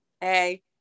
hey